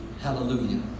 Hallelujah